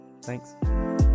Thanks